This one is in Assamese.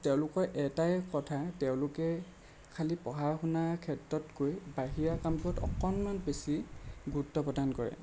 তেওঁলোকৰ এটাই কথা তেওঁলোকে খালি পঢ়া শুনাৰ ক্ষেত্ৰতকৈ বাহিৰা কামবোৰত অকণমান বেছি গুৰুত্ব প্ৰদান কৰে